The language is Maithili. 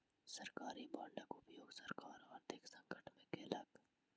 सरकारी बांडक उपयोग सरकार आर्थिक संकट में केलक